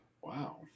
Wow